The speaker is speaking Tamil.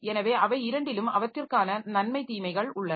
எனவே அவை இரண்டிலும் அவற்றிற்கான நன்மை தீமைகள் உள்ளன